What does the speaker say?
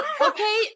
okay